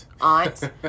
Aunt